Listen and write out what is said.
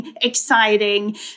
exciting